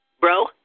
bro